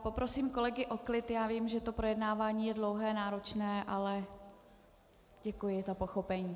Poprosím kolegy o klid, já vím, že to projednávání je dlouhé, náročné, ale děkuji za pochopení.